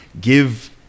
give